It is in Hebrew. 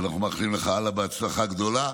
אנחנו מאחלים לך הצלחה גדולה.